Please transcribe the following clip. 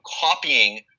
copying